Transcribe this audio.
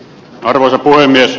arvoisa puhemies